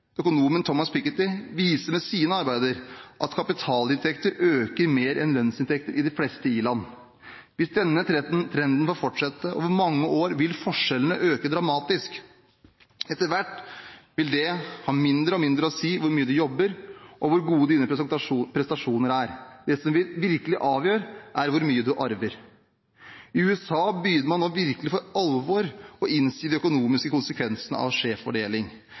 økonomen Thomas Piketty viser med sine arbeider at kapitalinntekter øker mer enn lønnsinntekter i de fleste i-land. Hvis denne trenden får fortsette over mange år, vil forskjellene øke dramatisk. Etter hvert vil det ha mindre og mindre å si hvor mye du jobber og hvor gode prestasjonene dine er. Det som virkelig avgjør, er hvor mye du arver. I USA begynner man nå virkelig for alvor å innse de økonomiske konsekvensene av